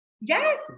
Yes